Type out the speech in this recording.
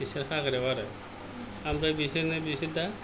बिसोर हाग्रायाव आरो ओमफ्राय बिसोरनो बिसोर दा